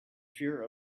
fear